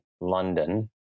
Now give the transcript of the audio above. London